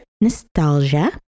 Nostalgia